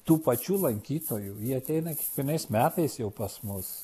tų pačių lankytojų jie ateina kiekvienais metais jau pas mus